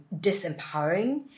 disempowering